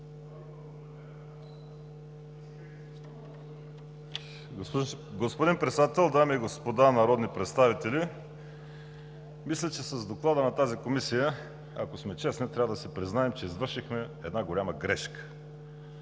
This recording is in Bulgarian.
Господин Председател, дами и господа народни представители! Мисля, че с Доклада на тази комисия, ако сме честни, трябва да си признаем, че извършихме една голяма грешка.